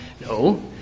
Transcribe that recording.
No